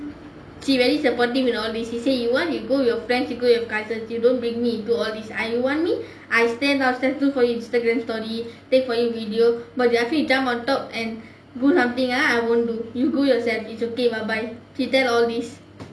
she very supportive with all this she say you want you go with your friends you with your cousins you don't bring me do all this I you want me I stand downstairs do for you Instagram story take for you video but you ask me to jump on top and do something ah I won't do you go yourself ah its okay bye bye she tell all this